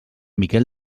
miquel